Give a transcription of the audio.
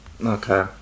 Okay